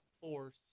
force